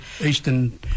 eastern